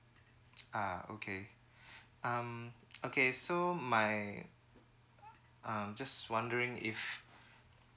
uh okay um okay so my uh just wondering if